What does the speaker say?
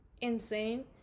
insane